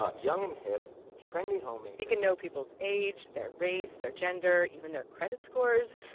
ah young and hip, trendy homemakers. he can know people's age, their race, their gender, even their credit scores,